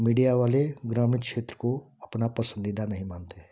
media वाले ग्रामीण क्षेत्र को अपना पसंदीदा नहीं मानते